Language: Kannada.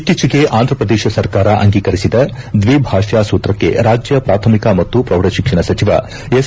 ಇತ್ತೀಚೆಗೆ ಆಂಧ್ರಪ್ರದೇಶ ಸರ್ಕಾರ ಅಂಗೀಕರಿಸಿದ ದ್ವಿಭಾಷಾ ಸೂತ್ರಕ್ಷೆ ರಾಜ್ಯ ಪ್ರಾಥಮಿಕ ಮತ್ತು ಪ್ರೌಢಶಿಕ್ಷಣ ಸಚಿವ ಎಸ್